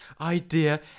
idea